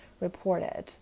reported